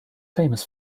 famous